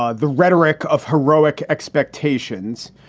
ah the rhetoric of heroic expectations.